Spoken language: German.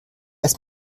ist